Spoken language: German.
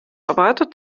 erwartet